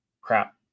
Crap